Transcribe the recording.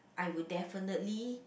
I will definitely